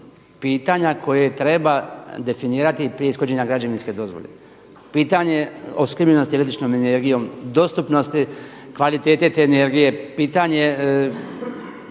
pitanja koje treba definirati prije ishođenja građevinske dozvole. Pitanje opskrbljenosti električnom energijom, dostupnosti kvalitete te energije, pitanje